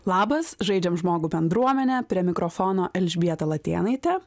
labas žaidžiam žmogų bendruomene prie mikrofono elžbieta latėnaitė